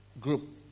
group